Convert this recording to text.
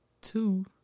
Two